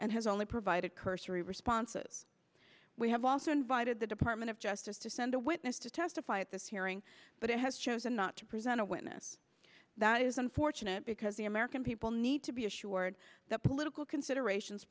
and has only provided cursory responses we have also invited the department of justice to send a witness to testify at this hearing but it has chosen not to present a witness that is unfortunate because the american people need to be assured that political considerations